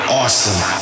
awesome